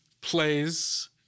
plays